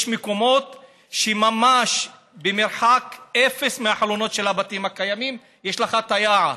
יש מקומות שממש במרחק אפס מהחלונות של הבתים הקיימים יש לך יער.